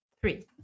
three